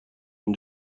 این